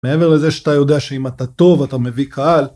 מעבר לזה שאתה יודע שאם אתה טוב אתה מביא קהל.